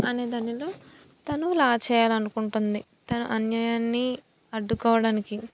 అనే దానిలో తను లా చేయాలనుకుంటుంది తను అన్యాయాన్ని అడ్డుకోవడానికి